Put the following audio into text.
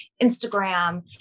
Instagram